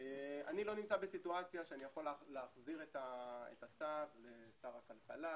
אני לא נמצא בסיטואציה שאני יכול להחזיר את הצו לשר הכלכלה,